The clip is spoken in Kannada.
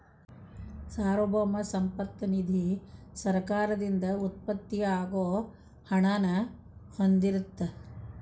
ಸಾರ್ವಭೌಮ ಸಂಪತ್ತ ನಿಧಿ ಸರ್ಕಾರದಿಂದ ಉತ್ಪತ್ತಿ ಆಗೋ ಹಣನ ಹೊಂದಿರತ್ತ